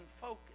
focus